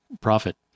profit